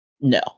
no